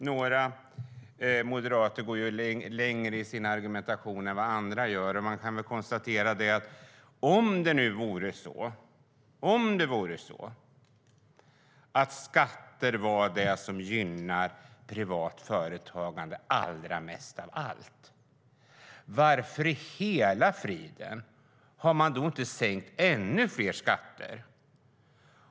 Några moderater går längre i sin argumentation än vad andra gör. Om låga skatter gynnar privat företagande allra mest av allt, varför i hela friden har man inte sänkt ännu fler skatter?